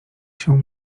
się